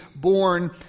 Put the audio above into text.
born